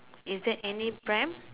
is there any pram